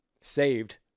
saved